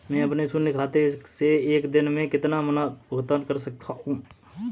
मैं अपने शून्य खाते से एक दिन में कितना भुगतान कर सकता हूँ?